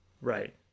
right